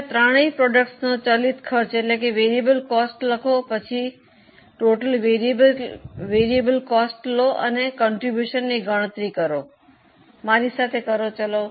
પહેલા ત્રણેય ઉત્પાદનોની ચલિત ખર્ચ લખો પછી કુલ ચલિત ખર્ચ લો અને ફાળોની ગણતરી કરો મારી સાથે કરો